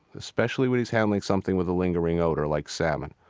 especially when he's handling something with a lingering odor, like salmon.